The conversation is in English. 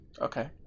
Okay